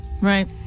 Right